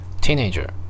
Teenager